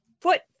foot